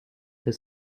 the